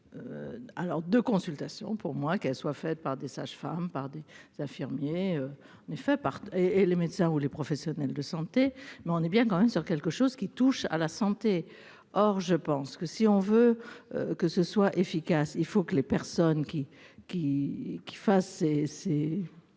alors de consultation pour moi qu'elle soit faite par des sages-femmes par des infirmiers n'fait par et et les médecins ou les professionnels de santé, mais on est bien quand même, sur quelque chose qui touche à la santé, or je pense que si on veut que ce soit efficace, il faut que les personnes qui qui qui fasse